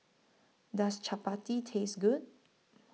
Does Chapati Taste Good